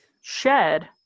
shed